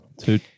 Two